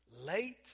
late